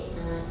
ah